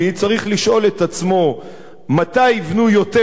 את עצמו מתי יבנו יותר בהתיישבות,